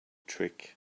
trick